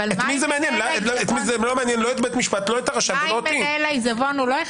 זה לא מעניין לא את הרשם, לא את בית המשפט,